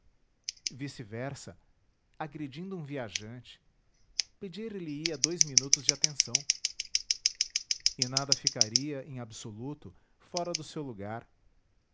vice-versa agredindo um viajante pedir lhe ia dous minutos de atenção e nada ficaria em absoluto fora do seu lugar